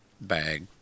bag